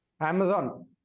Amazon